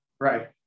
Right